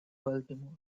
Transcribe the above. baltimore